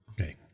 okay